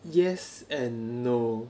yes and no